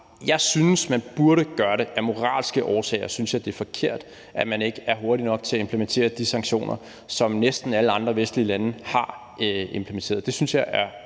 jeg synes, man burde gøre det. Af moralske årsager synes jeg, det er forkert, at man ikke er hurtig nok til at implementere de sanktioner, som næsten alle andre vestlige lande har implementeret. Det synes jeg er